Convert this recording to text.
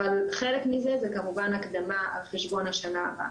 אבל חלק מזה זה כמובן הקדמה על חשבון השנה הבאה.